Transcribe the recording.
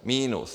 Minus!